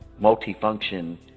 multi-function